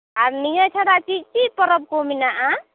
ᱟᱨ ᱱᱤᱭᱟᱹ ᱪᱷᱟᱰᱟ ᱪᱮᱫ ᱪᱮᱫ ᱯᱚᱨᱚᱵᱽ ᱠᱚ ᱢᱮᱱᱟᱜᱼᱟ